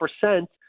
percent